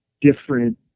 different